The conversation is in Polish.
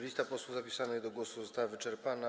Lista posłów zapisanych do głosu została wyczerpana.